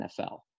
NFL